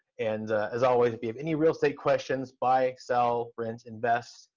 and as always if you have any real estate questions buy, sell, rent, invest.